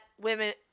women